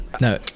No